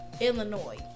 Illinois